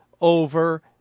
over